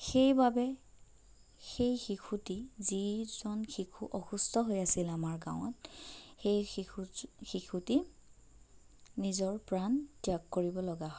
সেইবাবে সেই শিশুটি যিজন শিশু অসুস্থ হৈ আছিল আমাৰ গাঁৱত সেই শিশু শিশুটি নিজৰ প্ৰাণ ত্যাগ কৰিব লগা হয়